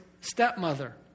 stepmother